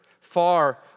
Far